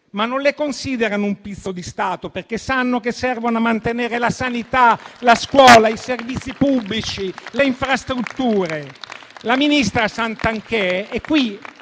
ma non le considerano un pizzo di Stato perché sanno che servono a mantenere la sanità, la scuola, i servizi pubblici, le infrastrutture. La ministra Santanchè - così